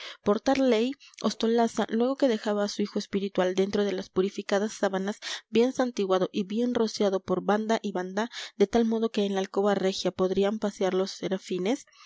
tal ley ostolaza luego que dejaba a su hijo espiritual dentro de las purificadas sábanas bien santiguado y bien rociado por banda y banda de tal modo que en la alcoba regia podrían pasear los serafines